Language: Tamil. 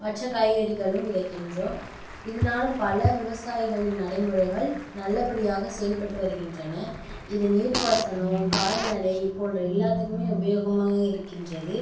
மற்ற காய்கறிகளும் விதைக்கின்றோம் இதனால பல விவசாயிகளின் நடைமுறைகள் நல்ல படியாக செயல்பட்டு வருகின்றன இது நீர் பாசனம் கால்நடை போன்ற எல்லாத்துக்குமே உபயோகமாக இருக்கின்றது